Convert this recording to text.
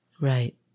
Right